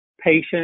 patient